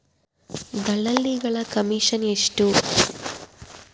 ದಲ್ಲಾಳಿಗಳ ಕಮಿಷನ್ ಎಷ್ಟು?